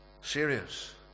serious